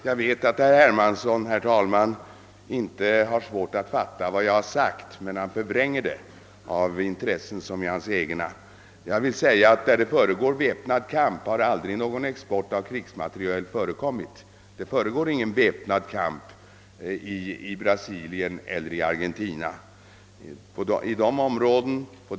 Herr talman! Jag vet att herr Hermansson inte har svårt att fatta vad jag har sagt, men han förvränger det av intressen som är hans egna. Till länder där det försiggår väpnad kamp har svensk export av krigsmateriel aldrig förekommit. Det pågår för närvarande ingen väpnad kamp i Argentina eller Brasilien.